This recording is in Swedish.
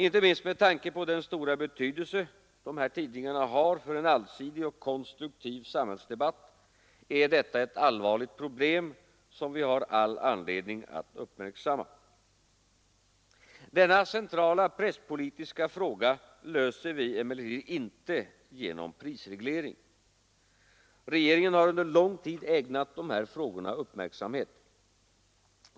Inte minst med tanke på den stora betydelse dessa tidningar har för en allsidig och konstruktiv samhällsdebatt är detta ett allvarligt problem som vi har all anledning att uppmärksamma. Denna centrala presspolitiska fråga löser vi emellertid inte genom prisreglering. Regeringen har under lång tid ägnat dessa frågor uppmärksamhet.